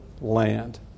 land